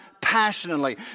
passionately